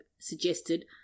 suggested